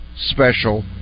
special